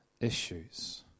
issues